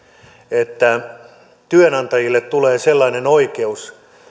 että työnantajille tulee sellainen oikeus